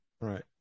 Right